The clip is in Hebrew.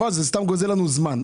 חבל, זה סתם גוזל לנו זמן.